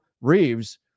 Reeves